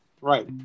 Right